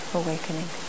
awakening